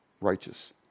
righteous